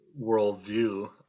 worldview